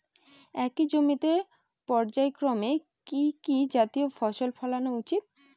একই জমিতে পর্যায়ক্রমে কি কি জাতীয় ফসল ফলানো উচিৎ?